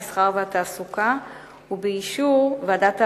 המסחר והתעסוקה ובאישור ועדת העבודה,